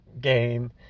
game